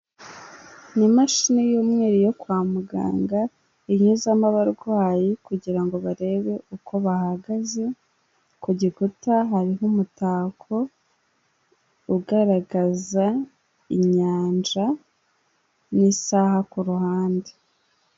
Ni imashini y'umweru yo kwa muganga inyuzamo abarwayi kugirango barebe uko bahagaze, ku gikuta hariho umutako ugaragaza inyanja n'isaha ku ruhande.